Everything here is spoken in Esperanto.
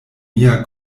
mia